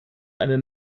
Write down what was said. eine